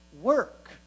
work